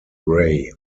ray